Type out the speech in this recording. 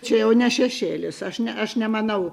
čia jau ne šešėlis aš ne aš nemanau